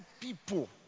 people